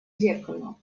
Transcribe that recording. зеркало